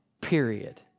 period